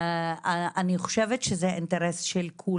אני חושבת שזה האינטרס שלנו